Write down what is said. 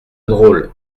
drôle